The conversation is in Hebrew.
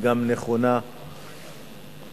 וגם נכונה למצב,